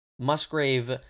musgrave